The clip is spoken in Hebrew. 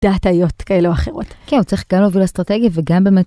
דאטאיות כאלה או אחרות. כן, הוא צריך גם להוביל אסטרטגית וגם באמת.